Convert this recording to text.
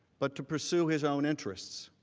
but to pursue his own interest.